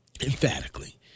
emphatically